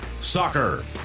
Soccer